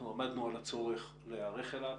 עמדנו על הצורך להיערך אליו.